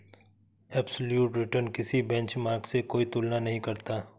absolute return किसी benchmark से कोई तुलना नहीं करता